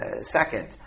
Second